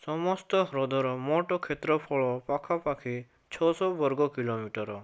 ସମସ୍ତ ହ୍ରଦର ମୋଟ କ୍ଷେତ୍ରଫଳ ପାଖାପାଖି ଛଅଶହ ବର୍ଗ କିଲୋମିଟର